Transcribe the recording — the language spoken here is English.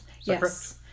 Yes